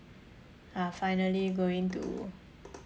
are finally going to